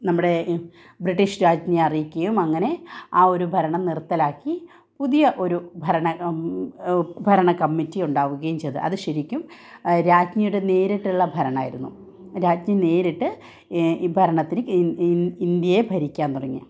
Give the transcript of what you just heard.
നമ്മുടെ ബ്രിട്ടീഷ് രാജ്ഞിയെ അറിയിക്കുകയും അങ്ങനെ ആ ഒരു ഭരണം നിര്ത്തലാക്കി പുതിയ ഒരു ഭരണ കം ഭരണ കമ്മറ്റി ഉണ്ടാവുകയും ചെയ്തു അതു ശരിക്കും രാജ്ഞിയുടെ നേരിട്ടുള്ള ഭരണമായിരുന്നു രാജ്ഞി നേരിട്ട് ഈ ഭരണത്തിന് ഇ ഇന്ത്യയെ ഭരിക്കാന് തുടങ്ങി